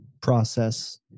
process